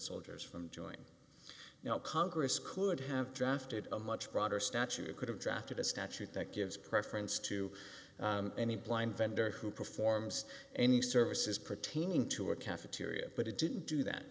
soldiers from joining us now congress could have drafted a much broader statute could have drafted a statute that gives preference to any blind vendor who performs any services pertaining to a cafeteria but it didn't do that